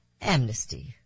amnesty